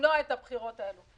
למנוע את הבחירות האלו.